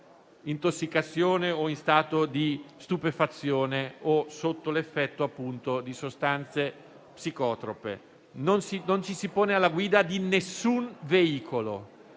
intossicazione o di stupefazione. Sotto l'effetto appunto di sostanze psicotrope, non ci si pone alla guida di nessun veicolo.